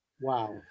Wow